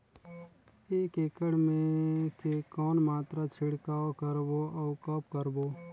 एक एकड़ मे के कौन मात्रा छिड़काव करबो अउ कब करबो?